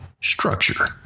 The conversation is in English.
Structure